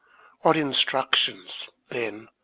what instructions, then,